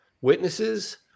witnesses